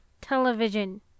television